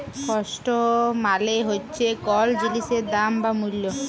cost মালে হচ্যে কল জিলিসের দাম বা মূল্য